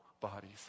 bodies